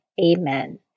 Amen